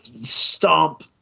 stomp